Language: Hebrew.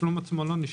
התצלום עצמו לא נשלח.